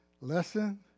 lesson